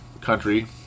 country